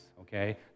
okay